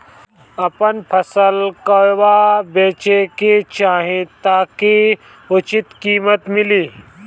आपन फसल कहवा बेंचे के चाहीं ताकि उचित कीमत मिली?